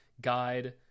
guide